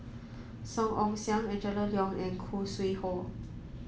Song Ong Siang Angela Liong and Khoo Sui Hoe